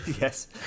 Yes